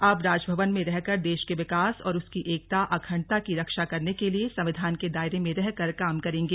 अब राजभवन में रहकर देश के विकास और उसकी एकता अखंडता की रक्षा करने के लिए संविधान के दायरे में रहकर काम करेंगे